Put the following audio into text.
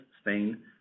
Spain